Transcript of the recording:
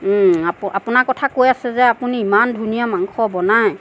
আপোনাৰ আপোনাৰ কথা কৈ আছে যে আপুনি ইমান ধুনীয়া মাংস বনায়